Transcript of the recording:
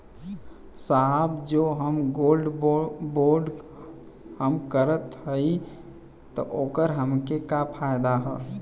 साहब जो हम गोल्ड बोंड हम करत हई त ओकर हमके का फायदा ह?